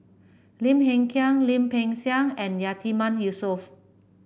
Lim Hng Kiang Lim Peng Siang and Yatiman Yusof